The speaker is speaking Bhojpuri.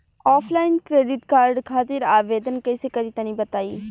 ऑफलाइन क्रेडिट कार्ड खातिर आवेदन कइसे करि तनि बताई?